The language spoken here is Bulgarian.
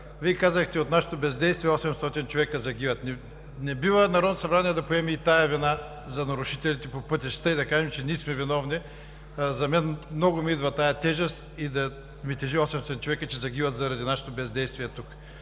Вие казахте: от нашето бездействие 800 човека загиват. Не бива Народното събрание да поеме и тази вина за нарушителите по пътищата и да кажем, че ние сме виновни. На мен много ми идва тази тежест – да ми тежат 800 човека, че загиват заради нашето бездействие тук.